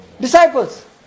disciples